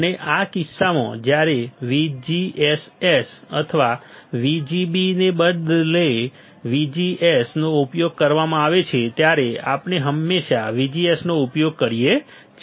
અને આ કિસ્સામાં જ્યારે VGSS અથવા VGB ને બદલે VGS નો ઉપયોગ કરવામાં આવે છે ત્યારે આપણે હંમેશા VGS નો ઉપયોગ કરીએ છીએ